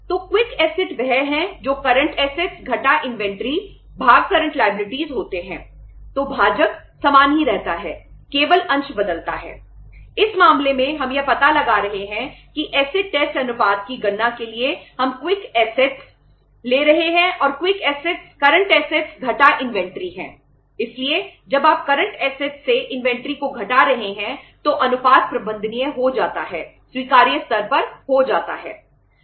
तो quick assets को घटा रहे हैं तो अनुपात प्रबंधनीय हो जाता है स्वीकार्य स्तर पर हो जाता है